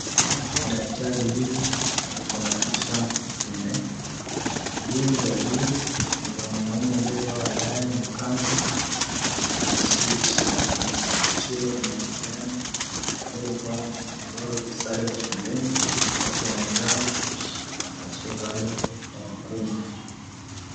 Daftari hili liko na picha nne. Mbili za juu ni za mwanamume aliyevaa walahi na kanzu na suti nyeusi. Chini kuna kijana aliyevaa nguo sare za shuleni, shati ya manjano na suruali ya nyekundu.